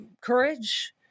courage